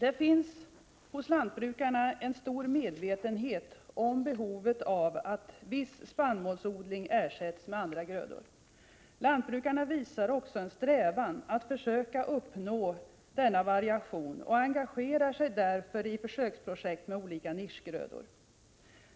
Det finns hos lantbrukarna en stor medvetenhet om behovet av att viss spannmålsodling ersätts med andra grödor. Lantbrukarna visar också en strävan att försöka uppnå denna variation och engagerar sig därför i försöksprojekt med olika nischgrödor.